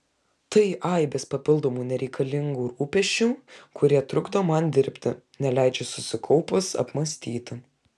tai aibės papildomų nereikalingų rūpesčių kurie trukdo man dirbti neleidžia susikaupus apmąstyti